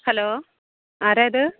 hello ആരാ ഇത്